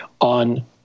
on